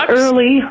early